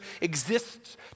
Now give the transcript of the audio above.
exists